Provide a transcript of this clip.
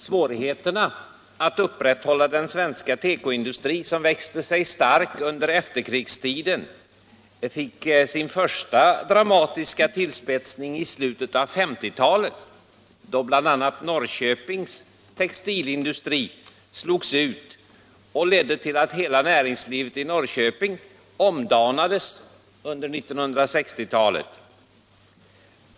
Svårigheterna att upprätthålla den svenska tekoindustri som växte sig stark under efterkrigstiden fick sin första dramatiska tillspetsning i slutet av 1950-talet, då bl.a. Norrköpings textilindustri slogs ut, vilket ledde till att hela näringslivet i Norrköping omdanades under 1960-talet.